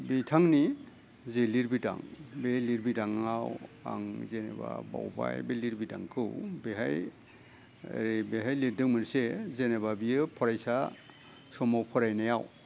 बिथांनि जि लिरबिदां बे लिरबिदाङाव आं जेनोबा बावबाय बे लिरबिदांखौ बेहाय ओरै बेहाय लिरदों मोनसे जेनोबा बियो फरायसा समाव फरायनायाव